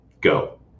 Go